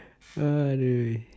ah don't worry